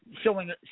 showing